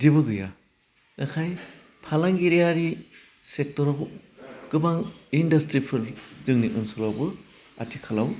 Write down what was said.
जेबो गैया एखाइ फालांगिरियारि सेक्ट'राव गोबां इन्डासट्रि फोर जोंनि ओनसोलावबो आथिखालाव